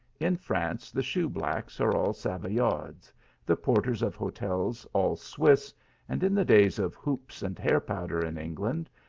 in france the shoeblacks are all savoyards, the porters of hotels all swiss and in the days of hoops and hair powder in england,